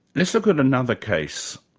let's look at another case,